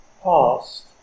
past